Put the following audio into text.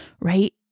right